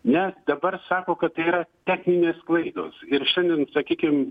nes dabar sako kad tai yra techninės klaidos ir šiandien sakykim